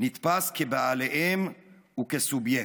נתפס כבעליהם וכסובייקט.